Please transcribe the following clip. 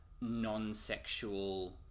non-sexual